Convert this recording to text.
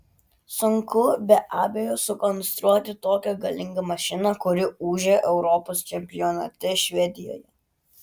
sunku be abejo sukonstruoti tokią galingą mašiną kuri ūžė europos čempionate švedijoje